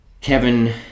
Kevin